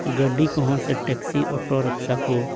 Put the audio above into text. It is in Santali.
ᱜᱟᱹᱰᱤ ᱠᱚᱦᱚᱸ ᱴᱮᱠᱥᱤ ᱥᱮ ᱚᱴᱳ ᱨᱤᱠᱥᱟ ᱠᱚ